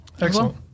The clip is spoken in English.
Excellent